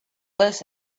this